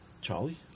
Charlie